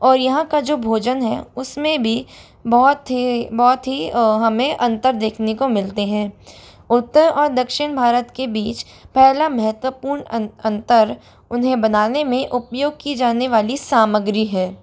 और यहाँ का जो भोजन है उस में भी बहुत ही बहुत ही हमें अंतर देखने को मिलता है उत्तर और दक्षिन भारत के बीच पहला महत्वपूर्ण अन्न अंतर उन्हें बनाने में उपयोग की जाने वाली सामग्री है